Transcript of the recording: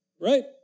right